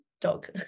dog